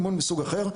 אימון מסוג אחר,